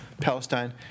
Palestine